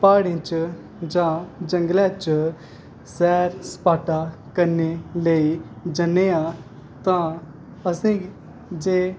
प्हाड़ें च जां कुदै जंगलें च सैर सपाटा करने लेई जन्ने आं तां असेंगी जे